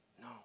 No